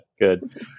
Good